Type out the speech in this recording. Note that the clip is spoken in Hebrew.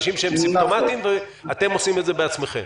אנשים שהם סימפטומטיים ואתם עושים את זה בעצמכם.